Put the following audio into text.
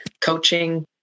coaching